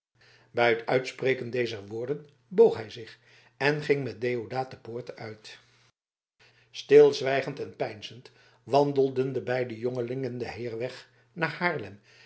bij het uitspreken dezer woorden boog hij zich en ging met deodaat de poort uit stilzwijgend en peinzend wandelden de beide jongelingen den heirweg langs naar haarlem